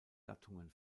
gattungen